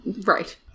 Right